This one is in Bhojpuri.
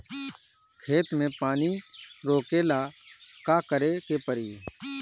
खेत मे पानी रोकेला का करे के परी?